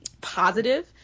positive